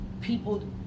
people